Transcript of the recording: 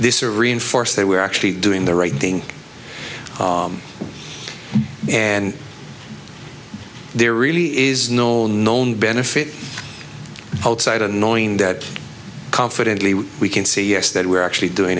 this or reinforce that we're actually doing the right thing and there really is no known benefit outside of knowing that confidently we can say yes that we're actually doing